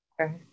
Okay